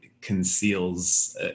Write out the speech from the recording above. conceals